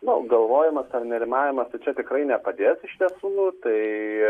nu galvojimas ar nerimavimas tai čia tikrai nepadės iš tiesų tai